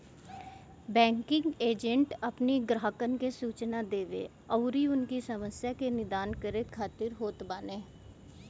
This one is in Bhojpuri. बैंकिंग एजेंट अपनी ग्राहकन के सूचना देवे अउरी उनकी समस्या के निदान करे खातिर होत बाने